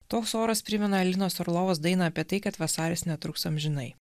toks oras primena alinos orlovos dainą apie tai kad vasaris netruks amžinai